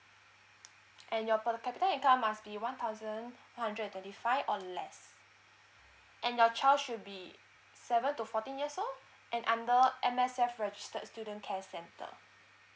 and your per capita income must be one thousand two hundred and twenty five or less and your child should be seven to fourteen years old and \under M_S_F registered student care center